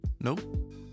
Nope